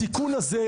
התיקון הזה,